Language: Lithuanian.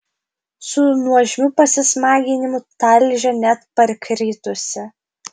su nuožmiu pasismaginimu talžė net parkritusį